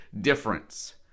difference